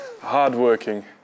Hard-working